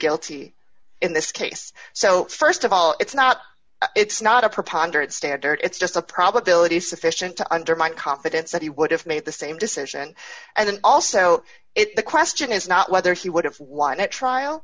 guilty in this case so st of all it's not it's not a preponderance standard it's just a probability is sufficient to undermine confidence that he would have made the same decision and then also it the question is not whether he would have won a trial